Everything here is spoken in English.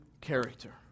Character